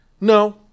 No